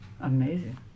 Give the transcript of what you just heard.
Amazing